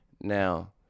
Now